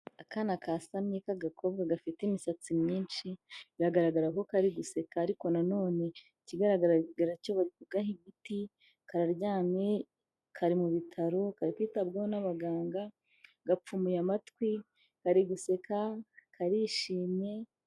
Akana kasamye k'agakobwa gafite imisatsi myinshi biragaragara ko kari guseka ariko nanone ikigaragara cyo bari kugaha imiti, kararyamye, kari mu bitaro, kari kwitabwaho n'abaganga, gapfumuye amatwi, kari guseka, karishimye.